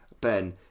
Ben